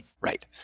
Right